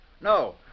No